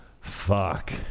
Fuck